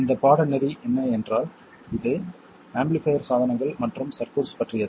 இந்த பாடநெறி என்ன என்றால் அது ஆம்பிளிஃபைர் சாதனங்கள் மற்றும் சர்க்யூட்ஸ் பற்றியது